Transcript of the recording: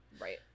right